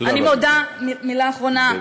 מילה אחרונה,